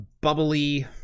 bubbly